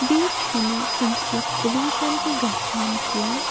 بیٚیہِ چھُنہٕ اَمہِ سۭتۍ پلوٗشَن تہِ گژھان کیٚنٛہہ